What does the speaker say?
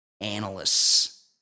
analysts